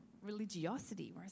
religiosity